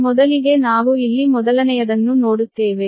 ಮೊದಲಿಗೆ ನಾವು ಇಲ್ಲಿ ಮೊದಲನೆಯದನ್ನು ನೋಡುತ್ತೇವೆ